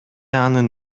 анын